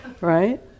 right